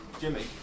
Jimmy